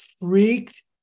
freaked